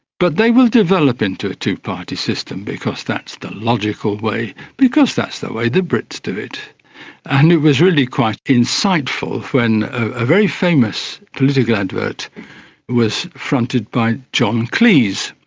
but they will develop into a two party system because that's the logical way, because that's the way the brits do it. and it was really quite insightful when a very famous political advert was fronted by john cleese,